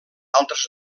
altres